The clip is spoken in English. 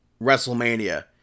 WrestleMania